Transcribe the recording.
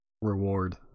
Reward